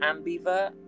ambivert